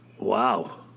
Wow